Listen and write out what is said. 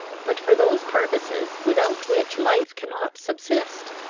but for those purposes without which life cannot subsist.